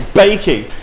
baking